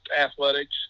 athletics